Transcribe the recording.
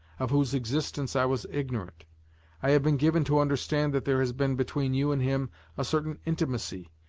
of whose existence i was ignorant i have been given to understand that there has been between you and him a certain intimacy,